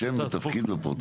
בבקשה, שם ותפקיד לפרוטוקול.